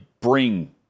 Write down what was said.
bring